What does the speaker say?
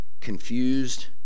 confused